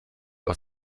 aus